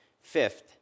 Fifth